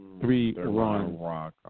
three-run